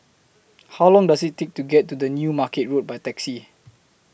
How Long Does IT Take to get to The New Market Road By Taxi